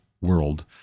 world